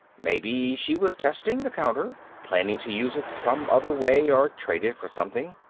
maybe she was testing the counter, planning to use it some other way or trade it for something.